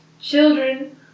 children